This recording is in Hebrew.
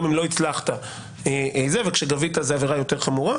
גם אם לא הצלחת; וכשגבית זו עבירה יותר חמורה.